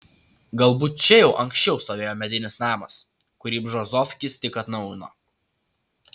galbūt čia jau anksčiau stovėjo medinis namas kurį bžozovskis tik atnaujino